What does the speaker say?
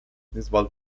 niezwal